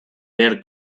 der